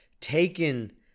Taken